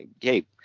Hey